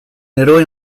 eroe